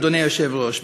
אדוני היושב-ראש,